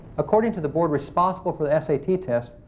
according to the board responsible for the s a t. tests,